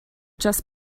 just